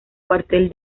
cuartel